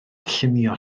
llunio